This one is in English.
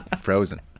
frozen